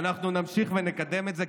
ונכון שאנחנו נמשיך ונקדם את זה,